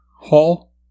hall